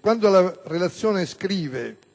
quando nella relazione è scritto